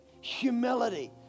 humility